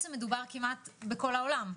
אז מדובר כמעט בכל העולם.